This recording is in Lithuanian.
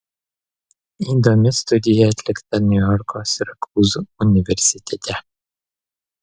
įdomi studija atlikta niujorko sirakūzų universitete